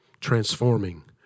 transforming